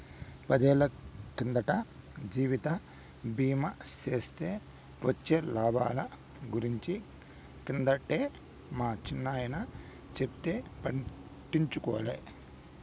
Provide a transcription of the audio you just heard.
పదేళ్ళ కిందట జీవిత బీమా సేస్తే వొచ్చే లాబాల గురించి కిందటే మా చిన్నాయన చెప్తే పట్టించుకోలే